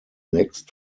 next